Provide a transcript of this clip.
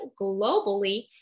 globally